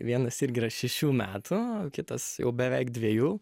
vienas irgi yra šešių metų kitas jau beveik dvejų